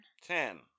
ten